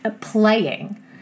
playing